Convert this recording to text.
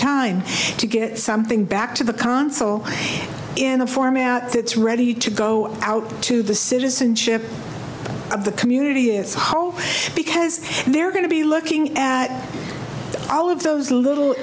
time to get something back to the consul in a format it's ready to go out to the citizenship of the community it's whole because they're going to be looking at all of those little